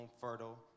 fertile